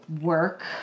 work